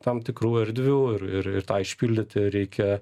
tam tikrų erdvių ir ir tą išpildyti reikia